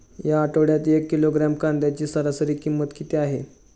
या आठवड्यात एक किलोग्रॅम कांद्याची सरासरी किंमत किती आहे?